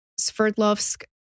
Sverdlovsk